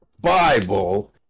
Bible